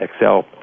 excel